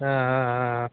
ஆ ஆ ஆ ஆ